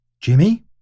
Jimmy